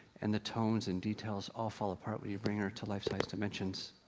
and the tones and details all fall apart when you bring her to life size dimensions.